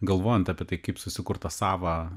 galvojant apie tai kaip susikurt tą savą